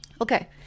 Okay